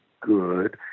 good